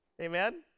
amen